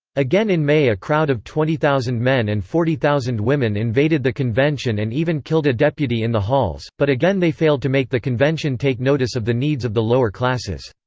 again in may a crowd of twenty thousand men and forty thousand women invaded the convention and even killed a deputy in the halls, but again they failed to make the convention take notice of the needs of the lower classes.